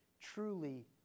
truly